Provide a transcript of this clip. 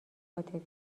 عاطفی